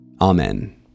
Amen